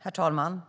Herr talman!